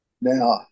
Now